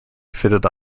fitted